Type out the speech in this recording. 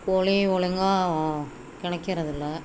கோழியும் ஒழுங்கா கிடக்கிறதில்ல